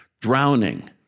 drowning